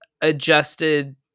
adjusted